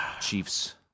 Chiefs